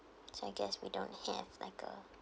so I guess we don't have like uh